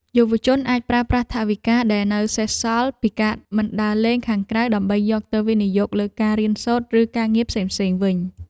យុវជនអាចប្រើប្រាស់ថវិកាដែលនៅសេសសល់ពីការមិនដើរលេងខាងក្រៅដើម្បីយកទៅវិនិយោគលើការរៀនសូត្រឬការងារផ្សេងៗវិញ។